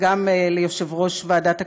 וגם ליושב-ראש ועדת הכלכלה,